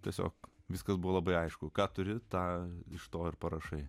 tiesiog viskas buvo labai aišku ką turi tą iš to ir parašai